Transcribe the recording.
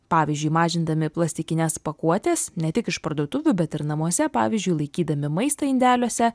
pavyzdžiui mažindami plastikines pakuotes ne tik iš parduotuvių bet ir namuose pavyzdžiui laikydami maistą indeliuose